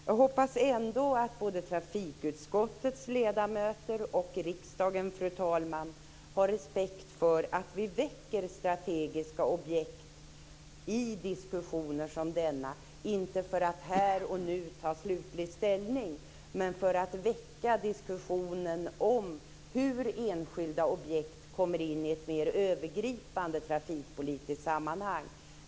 Jag hoppas ändå att både trafikutskottets ledamöter och riksdagen, fru talman, har respekt för att vi väcker frågor om strategiska objekt i diskussioner som denna, inte för att här och nu ta slutlig ställning men för att väcka diskussionen om hur enskilda objekt kan komma in i ett mer övergripande trafikpolitiskt sammanhang.